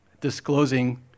disclosing